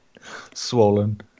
Swollen